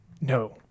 No